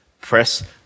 press